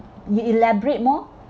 you elaborate more